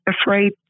afraid